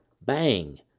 Bang